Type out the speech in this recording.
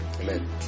Amen